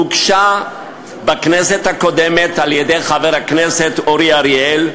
הוגשה בכנסת הקודמת על-ידי חברי הכנסת אורי אריאל,